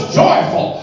joyful